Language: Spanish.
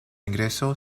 ingreso